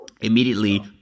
immediately